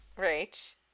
right